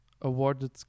awarded